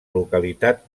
localitat